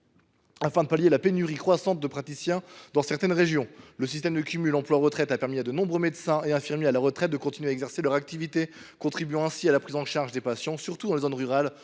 afin de pallier la pénurie croissante de praticiens dans certaines régions. Le système de cumul emploi retraite a permis à de nombreux médecins et infirmiers retraités de poursuivre leur activité, contribuant ainsi à la prise en charge des patients, en particulier dans les zones rurales